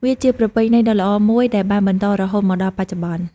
វាជាប្រពៃណីដ៏ល្អមួយដែលបានបន្តរហូតមកដល់បច្ចុប្បន្ន។